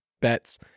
bets